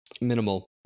minimal